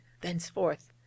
thenceforth